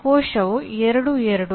ಕೋಶವು 2 2